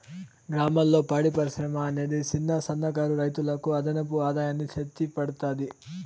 గ్రామాలలో పాడి పరిశ్రమ అనేది చిన్న, సన్న కారు రైతులకు అదనపు ఆదాయాన్ని తెచ్చి పెడతాది